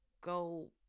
go